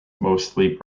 mostly